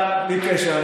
אבל בלי קשר,